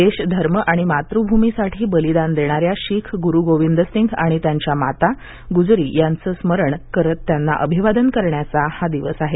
देश धर्म आणि मातृभूमीसाठी बलिदान देणाऱ्या शीख गुरु गोविंद सिंघ आणि त्यांच्या आई माता गुजरी यांचं स्मरण करत त्यांना अभिवादन करण्याचा हा दिवस आहे